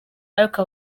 ariko